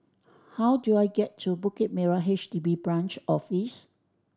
how do I get to Bukit Merah H D B Branch Office